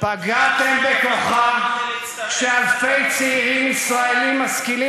פגעתם בכוחה כשאלפי צעירים ישראלים משכילים